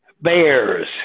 Bears